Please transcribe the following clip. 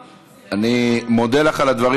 אני מודה לך על הדברים.